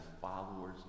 followers